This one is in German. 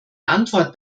antwort